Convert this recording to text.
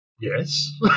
Yes